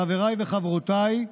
חבריי וחברותיי,